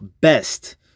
best